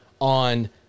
on